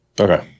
Okay